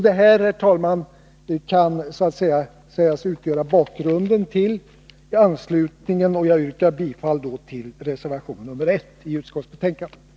Detta, herr talman, kan sägas utgöra bakgrunden till vår anslutning till reservation 1 till utskottets betänkande, som jag härmed yrkar bifall till. åtgärder inom